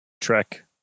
Trek